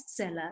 bestseller